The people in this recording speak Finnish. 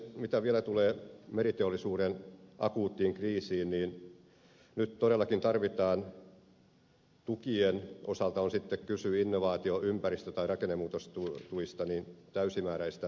mitä vielä tulee meriteollisuuden akuuttiin kriisiin nyt todellakin tarvitaan tukien osalta on sitten kyse innovaatio ympäristö tai rakennemuutostuista täysimääräistä hyödyntämistä